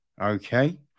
Okay